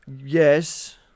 Yes